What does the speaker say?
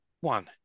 One